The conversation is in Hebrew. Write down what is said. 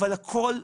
אבל הקול,